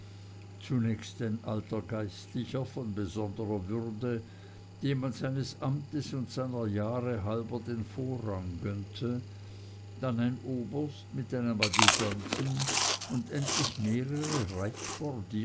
zunächst ein alter geistlicher von besonderer würde dem man seines amtes und seiner jahre halber den vorrang gönnte dann ein oberst mit seinem adjutanten und endlich mehrere